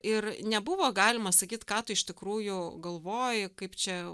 ir nebuvo galima sakyt ką tu iš tikrųjų galvoji kaip čia